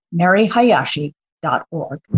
maryhayashi.org